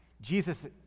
Jesus